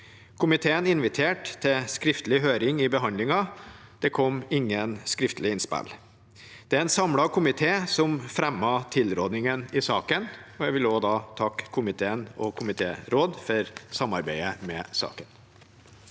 Komiteen inviterte til skriftlig høring i behandlingen. Det kom ingen skriftlige innspill. Det er en samlet komité som fremmer tilrådingen i saken, og jeg vil takke komiteen og komitéråden for samarbeidet.